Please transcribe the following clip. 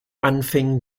anfängen